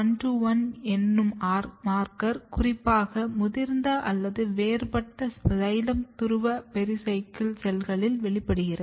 J0121 என்னும் marker குறிப்பாக முதிர்ந்த அல்லது வேறுபட்ட சைலம் துருவ பெரிசைக்கிள் செல்களில் வெளிப்படுகிறது